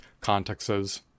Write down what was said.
contexts